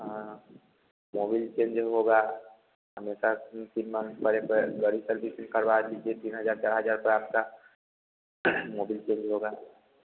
हाँ Mobil change होगा हमेशा तीन महीने पर गाड़ी गाड़ी सर्विसिंग करवा लीजिए तीन हज़ार चार हज़ार रुपये आपका मोबिल चेंज होगा